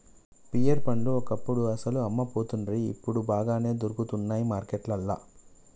pear పండ్లు ఒకప్పుడు అస్సలు అమ్మపోతుండ్రి ఇప్పుడు బాగానే దొరుకుతానయ్ మార్కెట్లల్లా